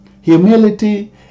Humility